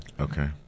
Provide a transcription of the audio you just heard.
Okay